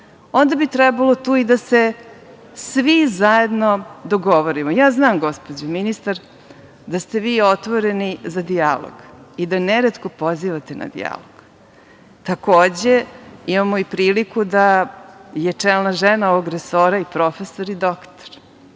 onda bi trebalo tu da se svih zajedno dogovorimo. Znam, gospođo ministar, da ste vi otvoreni za dijalog i da neretko pozivate na dijalog. Takođe imamo i priliku da je čelna žena ovog resora i profesor i doktor.